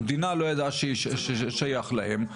המדינה לא ידעה שזה שייך להם,